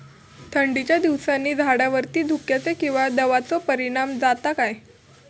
थंडीच्या दिवसानी झाडावरती धुक्याचे किंवा दवाचो परिणाम जाता काय?